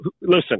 Listen